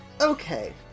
okay